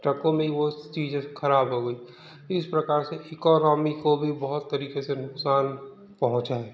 ट्रकों में ही बहुत सी चीजें खराब हो गई इस प्रकार से इकोनॉमी को भी बहुत तरीके से नुकसान पहुंचा है